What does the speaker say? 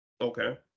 Okay